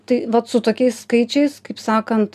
tai vat su tokiais skaičiais kaip sakant